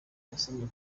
yasomye